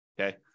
Okay